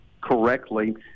correctly